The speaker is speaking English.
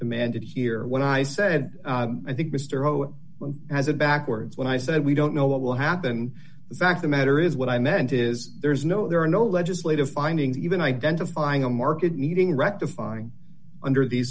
demanded here when i said i think mr o as a backwards when i said we don't know what will happen the fact the matter is what i meant is there is no there are no legislative findings even identifying a market meeting rectifying under these